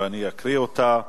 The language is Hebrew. ואני אקריא אותה.